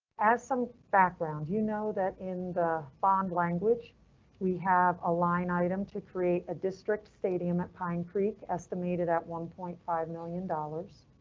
as some background, you know that in the bond language we have a line item to create a district stadium at pine creek, estimated at one point five million dollars.